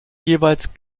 jeweils